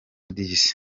this